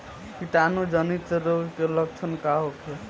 कीटाणु जनित रोग के लक्षण का होखे?